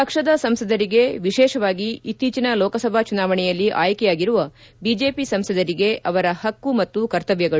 ಪಕ್ಷದ ಸಂಸದರಿಗೆ ವಿಶೇಷವಾಗಿ ಇತ್ತೀಚಿನ ಲೋಕಸಭಾ ಚುನಾವಣೆಯಲ್ಲಿ ಆಯ್ಕೆಯಾಗಿರುವ ಬಿಜೆಪಿ ಸಂಸದರಿಗೆ ಅವರ ಹಕ್ಕು ಮತ್ತು ಕರ್ತಮ್ನಗಳು